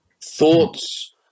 Thoughts